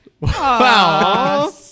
Wow